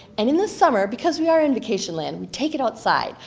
and in this summer, because we are in vacation land, we take it outside.